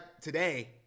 today